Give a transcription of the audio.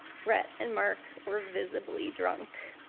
brett and mark were visibly drunk.